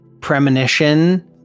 Premonition